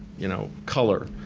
you know, color,